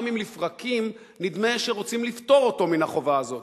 גם אם לפרקים נדמה שרוצים לפטור אותו מן החובה הזאת.